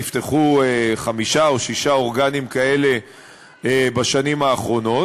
נפתחו חמישה או שישה אורגנים כאלה בשנים האחרונות,